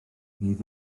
rhydd